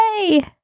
Yay